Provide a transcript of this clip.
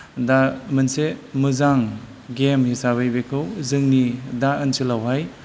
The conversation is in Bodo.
दा मोनसे मोजां गेम हिसाबै बेखौ जोंनि दा ओनसोलावहाय